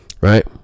right